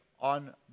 on